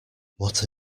what